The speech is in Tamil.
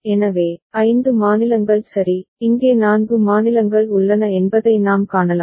எனவே 5 மாநிலங்கள் சரி இங்கே நான்கு மாநிலங்கள் உள்ளன என்பதை நாம் காணலாம்